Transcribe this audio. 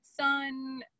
son